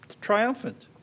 triumphant